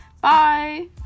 Bye